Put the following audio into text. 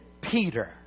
Peter